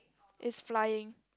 is flying